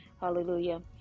hallelujah